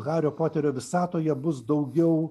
hario poterio visatoje bus daugiau